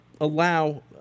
allow